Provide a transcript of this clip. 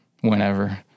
whenever